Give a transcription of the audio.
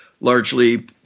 largely